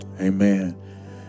amen